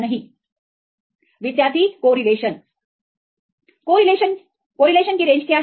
135 विद्यार्थी correlation correlation correlation की range क्या है